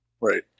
Right